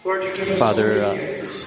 Father